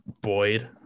Boyd